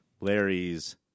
Larry's